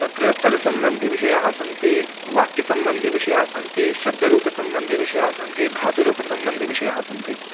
तत्र पदसम्बन्धिविषयाः सन्ति वाक्यसम्बन्धिविषयाः सन्ति शब्धरूपसम्बन्धिविषयाः सन्ति धातुरूपसम्बन्धिविषयाः सन्ति